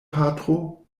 patro